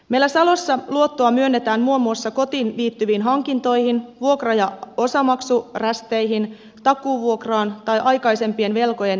meillä salossa luottoa myönnetään muun muassa kotiin liittyviin hankintoihin vuokra ja osamaksurästeihin takuuvuokraan tai aikaisempien velkojen takaisinmaksuun